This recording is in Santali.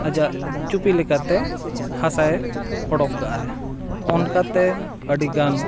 ᱟᱡᱟᱜ ᱪᱩᱯᱤ ᱞᱮᱠᱟᱛᱮ ᱦᱟᱥᱟᱭ ᱳᱰᱳᱠ ᱠᱟᱜ ᱟᱭ ᱚᱱᱠᱟᱛᱮ ᱟᱹᱰᱤ ᱜᱟᱱ